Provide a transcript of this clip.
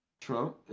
Trump